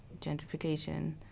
gentrification